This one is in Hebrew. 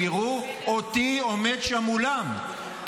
הם יראו אותי עומד שם מולם,